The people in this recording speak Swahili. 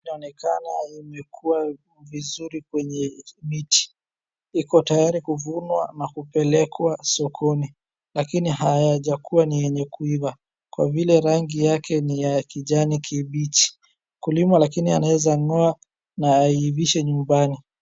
Hii inaonekana imekua vizuri kwenye miti. Iko tayari kuvunwa na kupelekwa sokoni. Lakini hayajakuwa ni yenye kuiva kwa vile rangi yake ni ya kijani kibichi. Mkulima lakini anaeza ng'oa na aivishe nyumbani.